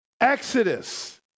Exodus